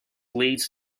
leads